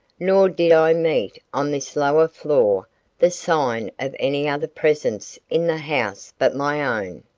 nor did i meet on this lower floor the sign of any other presence in the house but my own.